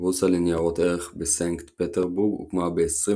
הבורסה לניירות ערך בסנקט פטרבורג הוקמה ב-21